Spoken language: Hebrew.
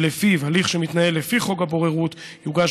שלפיו הליך שמתנהל לפי חוק הבוררות יוגש